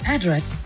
Address